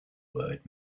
word